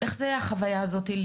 איך זאת החוויה הזאת של